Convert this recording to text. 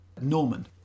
Norman